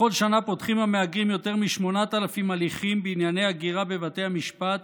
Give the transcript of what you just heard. בכל שנה פותחים המהגרים יותר מ-8,000 הליכים בענייני הגירה בבתי המשפט